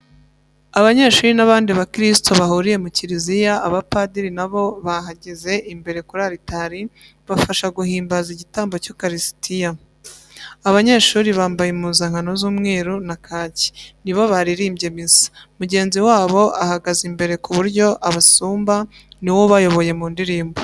Abanyeshuri n'abandi bakirisitu bahuriye mu kiriziya, abapadiri nabo bahagaze imbere kuri aritari bafasha guhimbaza igitambo cy'ukarisitiya, abanyeshuri bambaye impuzankano z'umweru na kaki nibo baririmbye misa, mugenzi wabo ahagaze imbere ku buryo abasumba niwe ubayoboye mu ndirimbo.